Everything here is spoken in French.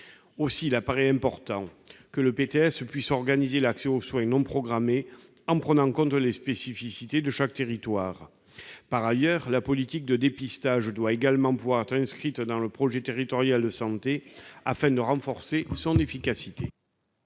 Aussi, il importe que le PTS puisse organiser l'accès aux soins non programmés, en tenant compte des spécificités de chaque territoire. Par ailleurs, la politique de dépistage doit également pouvoir être inscrite dans le projet territorial de santé, afin d'en renforcer l'efficacité.